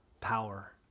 power